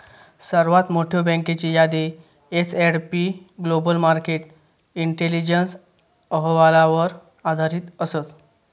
सर्वात मोठयो बँकेची यादी S and P global market intelligence अहवालावर आधारित असत